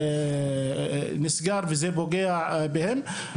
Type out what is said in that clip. וזה נסגר וזה פוגע בהם.